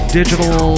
digital